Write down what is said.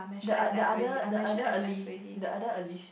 the the other the other ali~ the other Alica